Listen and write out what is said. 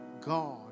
God